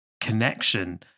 connection